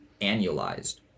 annualized